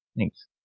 Thanks